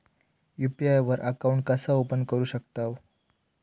UPI वर account कसा open करू शकतव?